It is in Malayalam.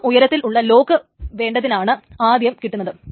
ഏറ്റവും ഉയരത്തിലുള്ള ലോക്കു വേണ്ടതിനാണ് ആദ്യം കിട്ടുന്നത്